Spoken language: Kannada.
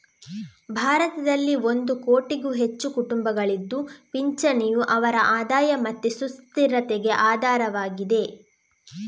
ಭಾರತದಲ್ಲಿ ಒಂದು ಕೋಟಿಗೂ ಹೆಚ್ಚು ಕುಟುಂಬಗಳಿದ್ದು ಪಿಂಚಣಿಯು ಅವರ ಆದಾಯ ಮತ್ತೆ ಸುಸ್ಥಿರತೆಗೆ ಆಧಾರವಾಗಿದೆ